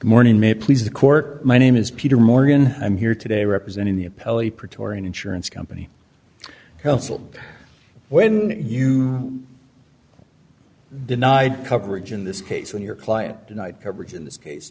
morning may it please the court my name is peter morgan i'm here today representing the appellate praetorian insurance company counsel when you denied coverage in this case when your client denied coverage in this case